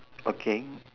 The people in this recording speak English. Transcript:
okay